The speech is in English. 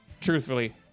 Truthfully